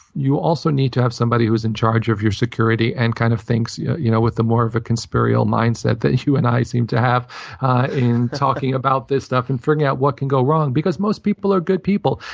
you also need to have somebody who's in charge of your security and kind of thinks yeah you know with a more of a conspirial mindset that you and i seem to have in talking about this stuff and figuring out what can go wrong, because most people are good people.